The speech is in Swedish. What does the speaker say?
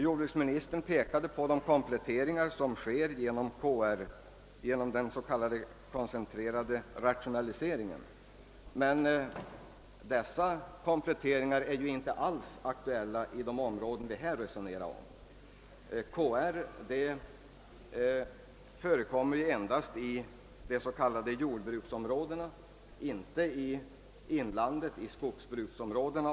Jordbruksministern pekade på de kompletteringar som sker genom den s.k. koncentrerade rationaliseringen, men dessa kompletteringar är inte alls aktuella inom de områden vi här resonerar om, eftersom KR-jordbruk förekommer endast i de s.k. jordbruksområdena och inte i inlandet inom skogsbruksområdena.